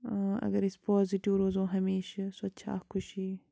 اَگر أسۍ پازِٹِو روزو ہمیشہ سۄ تہِ چھِ اَکھ خوشی